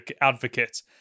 advocate